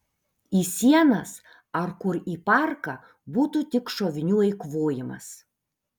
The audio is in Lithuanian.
į sienas ar kur į parką būtų tik šovinių eikvojimas